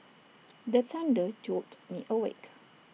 the thunder jolt me awake